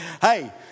Hey